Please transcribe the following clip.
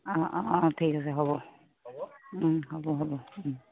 অঁ অঁ অঁ ঠিক আছে হ'ব হ'ব হ'ব